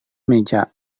meja